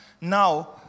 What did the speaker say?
now